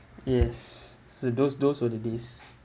yes so those those were the days